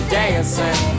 dancing